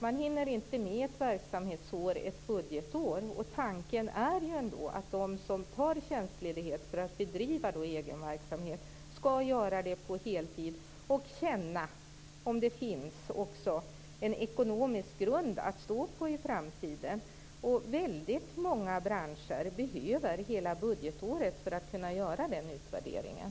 Man hinner inte med ett verksamhetsår, ett budgetår. Tanken är ju ändå att de som tar tjänstledigt för att bedriva egen verksamhet skall göra det på heltid och känna om det finns en ekonomisk grund att stå på i framtiden. Många branscher behöver hela budgetåret för att kunna göra den utvärderingen.